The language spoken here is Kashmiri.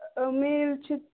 آ میل چھِ